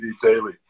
daily